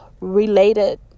related